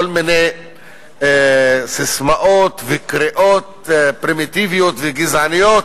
כל מיני ססמאות פרימיטיביות וגזעניות,